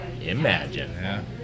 imagine